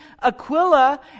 Aquila